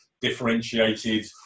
differentiated